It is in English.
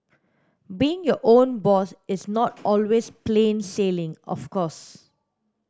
being your own boss is not always plain sailing of course